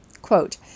Quote